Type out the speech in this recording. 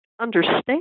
understand